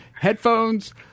headphones